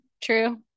True